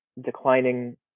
declining